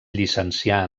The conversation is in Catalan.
llicencià